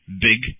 Big